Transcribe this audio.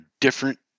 different